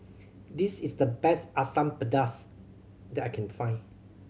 this is the best Asam Pedas that I can find